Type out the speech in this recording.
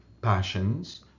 passions